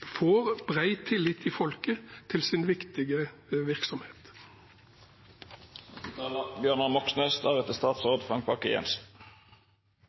får bred tillit i folket til sin viktige virksomhet.